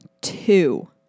two